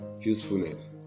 usefulness